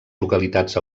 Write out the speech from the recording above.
localitats